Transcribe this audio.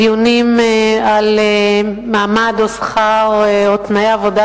בדיונים על מעמד או שכר או תנאי עבודה